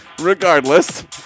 regardless